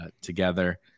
together